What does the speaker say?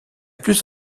plus